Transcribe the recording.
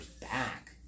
back